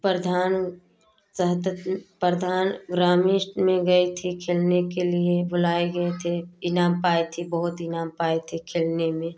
प्रधान जहाँ तक प्रधान ग्रामीष्ट में गई थी खेलने के लिए बुलाए गए थे इनाम पाई थी बहुत इनाम पाई थी खेलने में